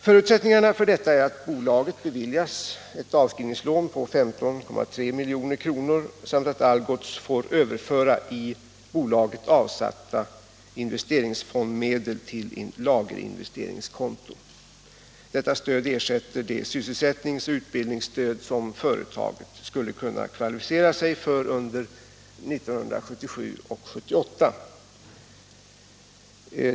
Förutsättningarna för detta är att bolaget beviljas ett avskrivningslån på 15,3 milj.kr. samt att Algots får överföra i bolaget avsatta investeringsfondmedel till lagerinvesteringskonto. Detta stöd ersätter det sysselsättningsoch utbildningsstöd som företaget skulle kunna kvalificera sig för under 1977 och 1978.